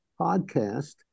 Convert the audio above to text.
podcast